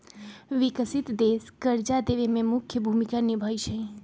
विकसित देश कर्जा देवे में मुख्य भूमिका निभाई छई